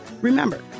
Remember